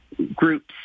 Groups